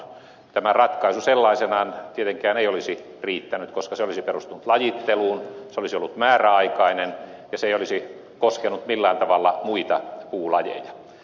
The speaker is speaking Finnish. tämä ratkaisu sellaisenaan tietenkään ei olisi riittänyt koska se olisi perustunut lajitteluun se olisi ollut määräaikainen ja se ei olisi koskenut millään tavalla muita puulajeja